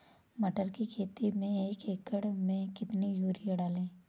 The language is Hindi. मटर की खेती में एक एकड़ में कितनी यूरिया डालें?